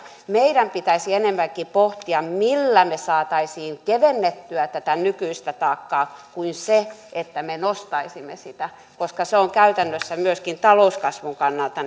meidän pitäisi enemmänkin pohtia sitä millä me saisimme kevennettyä tätä nykyistä taakkaa kuin sitä että me nostaisimme sitä se on käytännössä myöskin talouskasvun kannalta